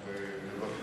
אבל אחד